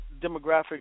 demographic